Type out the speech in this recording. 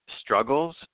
struggles